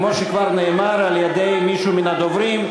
כמו שכבר אמר מישהו מהדוברים,